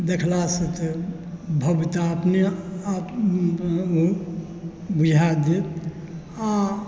देखलासॅं तऽ भव्यता अपने आप बुझा देत आ